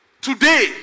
Today